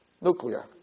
nuclear